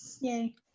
Yay